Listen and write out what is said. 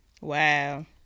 Wow